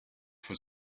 for